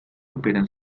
operan